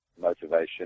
motivation